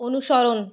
অনুসরণ